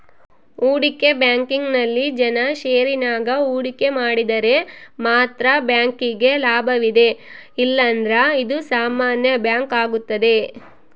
ಹೂಡಿಕೆ ಬ್ಯಾಂಕಿಂಗ್ನಲ್ಲಿ ಜನ ಷೇರಿನಾಗ ಹೂಡಿಕೆ ಮಾಡಿದರೆ ಮಾತ್ರ ಬ್ಯಾಂಕಿಗೆ ಲಾಭವಿದೆ ಇಲ್ಲಂದ್ರ ಇದು ಸಾಮಾನ್ಯ ಬ್ಯಾಂಕಾಗುತ್ತದೆ